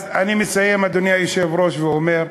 אז אני מסיים, אדוני היושב-ראש, ואומר: